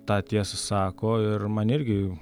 tą tiesą sako ir man irgi